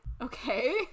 Okay